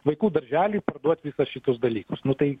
vaikų darželiui parduot visus šitus dalykus nu tai